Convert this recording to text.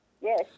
Yes